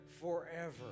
forever